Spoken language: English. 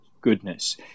goodness